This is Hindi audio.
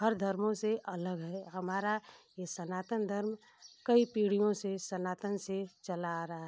हर धर्मों से अलग है हमारा ये सनातन धर्म कई पीढ़ियों से सनातन से चला आ रहा है